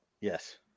Yes